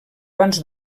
abans